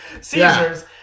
seizures